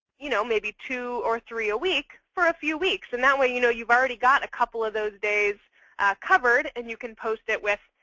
you know maybe two or three a week for a few weeks. and that way, you know you've already got a couple of those days covered. and you can post it with,